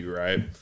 right